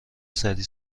سریع